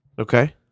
Okay